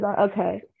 Okay